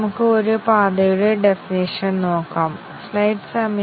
നമുക്ക് രണ്ടും ഒരേ സമയം നേടാൻ കഴിയില്ല